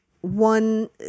One